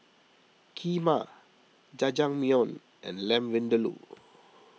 Kheema Jajangmyeon and Lamb Vindaloo